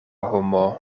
homo